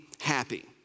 happy